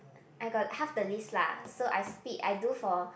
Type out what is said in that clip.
I got half the list lah so I speed I do for